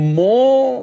more